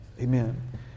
Amen